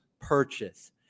purchase